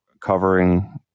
covering